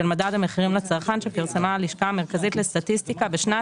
מדד המחירים לצרכן שפרסמה הלשכה המרכזית לסטטיסטיקה בשנת